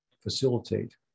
facilitate